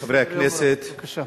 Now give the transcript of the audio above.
בבקשה.